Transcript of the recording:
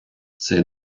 цей